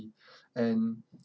and